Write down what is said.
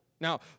Now